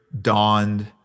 dawned